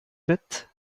wreath